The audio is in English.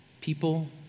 People